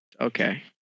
Okay